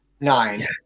nine